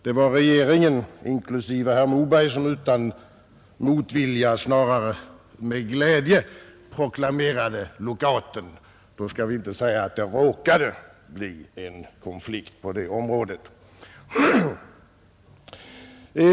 Det var regeringen, inklusive herr Moberg, som utan motvilja — snarare med glädje — proklamerade lockout. Då skall man inte säga att det råkade bli en konflikt på detta område.